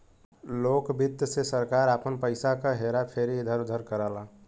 लोक वित्त से सरकार आपन पइसा क हेरा फेरी इधर उधर करला